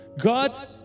God